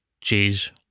cheese